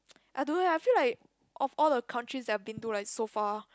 I don't know leh I feel like all of the countries that I've been to like so far